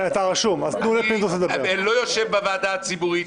אני לא יושב בוועדה הציבורית,